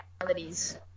realities